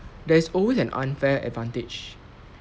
there is always an unfair advantage